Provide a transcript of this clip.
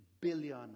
billion